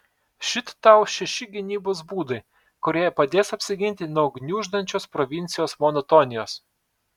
šit tau šeši gynybos būdai kurie padės apsiginti nuo gniuždančios provincijos monotonijos